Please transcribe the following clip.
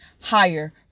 higher